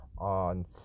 on